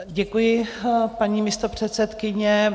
Děkuji, paní místopředsedkyně.